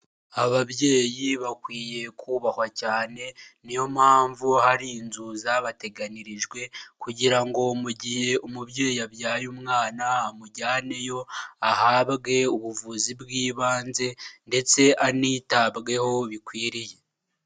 Ababyeyi bakwiye kubahwa cyane niyo mpamvu hari inzu zabateganyirijwe kugira ngo mu gihe umubyeyi abyaye umwana amujyaneyo ahabwe ubuvuzi bw'ibanze ndetse anitabweho bikwiriye.